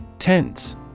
Tense